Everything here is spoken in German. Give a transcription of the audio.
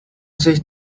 sich